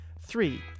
Three